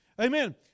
Amen